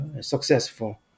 successful